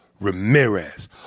Ramirez